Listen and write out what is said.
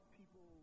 people